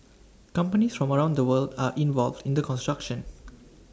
companies from around the world are involved in the construction